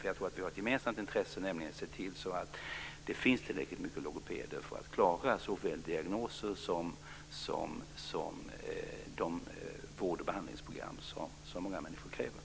Jag tror att vi har ett gemensamt intresse av att se till att det finns tillräckligt med logopeder för att klara såväl diagnoser som de vård och behandlingsprogram som många människor kräver.